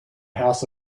house